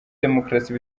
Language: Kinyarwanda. demukarasi